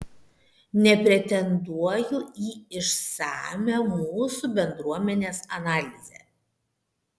nepretenduoju į išsamią mūsų bendruomenės analizę